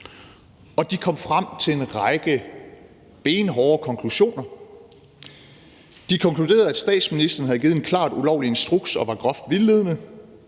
de kom frem til en række benhårde konklusioner. De konkluderede, at statsministeren havde givet en klart ulovlig instruks og var groft vildledende.